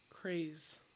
Craze